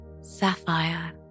sapphire